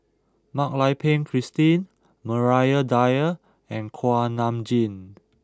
Mak Lai Peng Christine Maria Dyer and Kuak Nam Jin